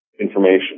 information